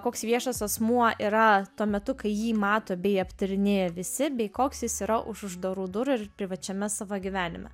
koks viešas asmuo yra tuo metu kai jį mato bei aptarinėja visi bei koks jis yra už uždarų durų ir privačiame savo gyvenime